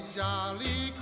jolly